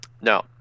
No